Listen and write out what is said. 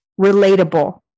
relatable